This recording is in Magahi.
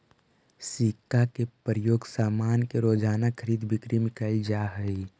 सिक्का के प्रयोग सामान के रोज़ाना खरीद बिक्री में कैल जा हई